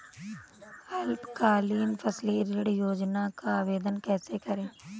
अल्पकालीन फसली ऋण योजना का आवेदन कैसे करें?